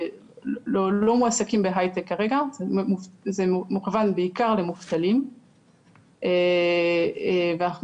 הכול כדי שנוכל להפעיל אותו כמה שיותר מהר.